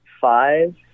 five